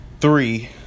three